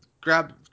grab